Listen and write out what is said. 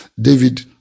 David